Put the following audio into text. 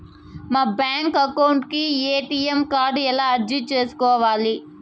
మా bank account కు ATM card ఎలా అర్జీ సేసుకోవాలి?